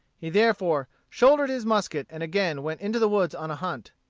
he therefore shouldered his musket and again went into the woods on a hunt.